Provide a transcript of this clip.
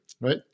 right